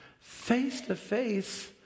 face-to-face